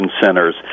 centers